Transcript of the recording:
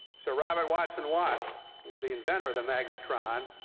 sir robert watson-watt was the inventor of the magnetron,